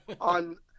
on